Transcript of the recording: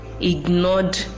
ignored